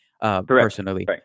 personally